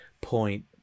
point